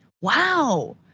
wow